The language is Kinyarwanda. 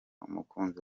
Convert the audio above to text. umukunzi